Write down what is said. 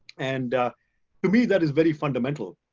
and to me, that is very fundamental.